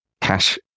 cash